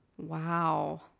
Wow